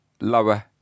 lower